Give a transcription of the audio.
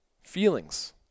feelings